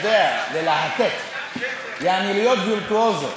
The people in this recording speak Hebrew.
ללהטט, יעני להיות וירטואוזו.